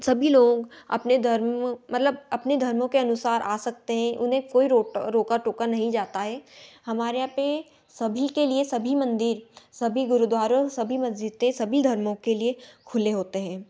सभी लोग अपने धर्म मतलब अपने धर्मों के अनुसार आ सकते हें उन्हें कोई रोक रोका टोका नहीं जाता है हमारे यहाँ पर सभी के लिए सभी मंदिर सभी गुरुद्वारों सभी मस्जिदें सभी धर्मों के लिए खुले होते हैं